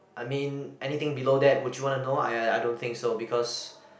I mean anything below that would you want to know I don't think so because